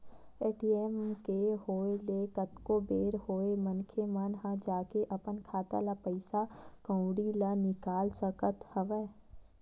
ATM के होय ले कतको बेर होय मनखे मन ह जाके अपन खाता ले पइसा कउड़ी ल निकाल सकत हवय